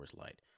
Light